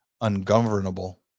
ungovernable